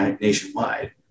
nationwide